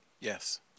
Yes